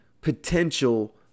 potential